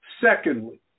Secondly